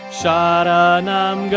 sharanam